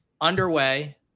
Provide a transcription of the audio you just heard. underway